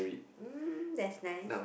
mm that's nice